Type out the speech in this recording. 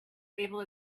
able